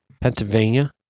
Pennsylvania